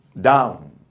down